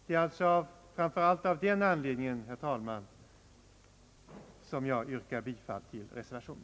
Det är framför allt av den anledningen, herr talman, som jag yrkar bifall till denna reservation.